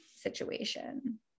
situation